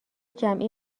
جمعی